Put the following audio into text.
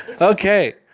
Okay